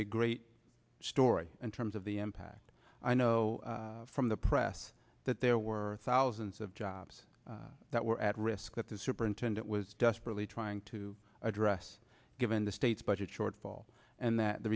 a great story in terms of the impact i know from the press that there were thousands of jobs that were at risk that the superintendent was desperately trying to to address given the state's budget shortfall and th